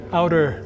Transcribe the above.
outer